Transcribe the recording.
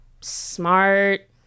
smart